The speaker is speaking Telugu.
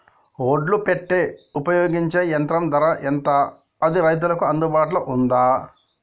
ఒడ్లు పెట్టే ఉపయోగించే యంత్రం ధర ఎంత అది రైతులకు అందుబాటులో ఉందా?